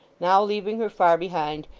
now leaving her far behind,